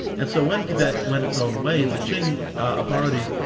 and so when tibet went its own way, the qing authorities,